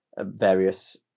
various